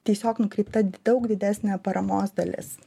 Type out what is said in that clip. tiesiog nukreipta daug didesnė paramos dalis